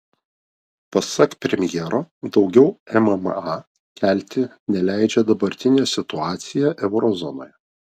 pasak premjero daugiau mma kelti neleidžia dabartinė situacija euro zonoje